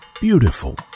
Beautiful